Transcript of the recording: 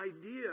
idea